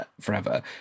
forever